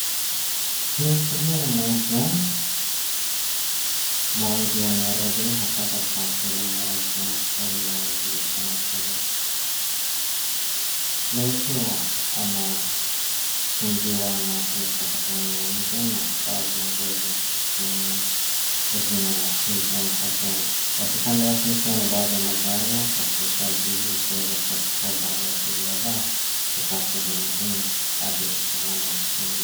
Ni sehemu moja mwa mji wa Nariobi hasa katika hoteli mmoja wa kula lijilikanako kuweza kumilikiwa ama kuingiwa na watalii kutoka sehemu ya nje na hasa viongozi katika sehemu hii kwa jina la Hilton Hotel. Basi kando yake ikiwa ni baadhi ya magari ya usafirishaji ikiweza kuyachukua baadhi ya abiria zao kutoka sehemu hii hadi sehemu nyingine.